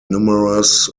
numerous